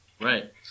Right